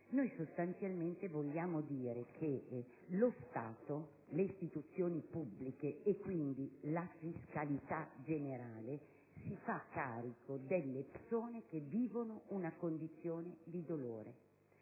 Sostanzialmente vogliamo dire che lo Stato, le istituzioni pubbliche, e quindi la fiscalità generale, si fanno carico delle persone che vivono una condizione di dolore,